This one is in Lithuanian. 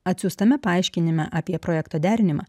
atsiųstame paaiškinime apie projekto derinimą